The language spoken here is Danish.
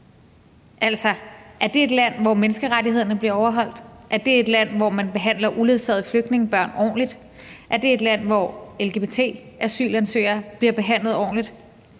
Altså, er det et land, hvor menneskerettighederne bliver overholdt? Er det et land, hvor man behandler uledsagede flygtningebørn ordentligt? Er det et land, hvor lgbt-asylansøgere bliver behandlet ordentligt?